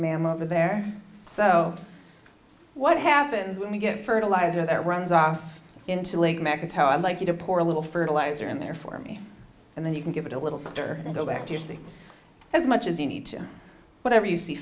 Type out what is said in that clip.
ma'am over there so what happens when you get fertilizer that runs off into lake macintyre i like you to pour a little fertilizer in there for me and then you can give it a little sister and go back to your sink as much as you need to whatever you see